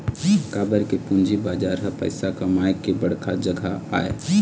काबर के पूंजी बजार ह पइसा कमाए के बड़का जघा आय